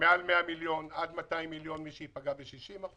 מעל 100 מיליון ועד 200 מיליון, למי שייפגע ב-60%,